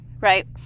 right